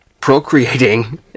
procreating